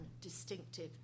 distinctive